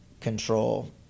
control